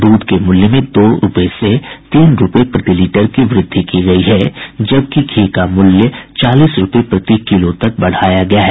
दूध के मूल्य में दो रूपये से तीन रूपये प्रति लीटर की वृद्धि की गई है जबकि धी का मूल्य चालीस रूपये प्रति किलो तक बढ़ाया गया है